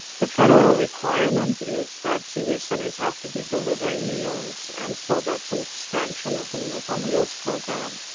the federal requirement is that senior centers have to be delivering meals. and so that's an expansion of the meals on wheels program.